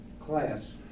class